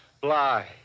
fly